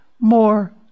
more